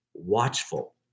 Watchful